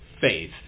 faith